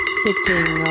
sitting